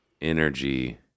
energy